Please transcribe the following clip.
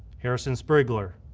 harrison sprigler,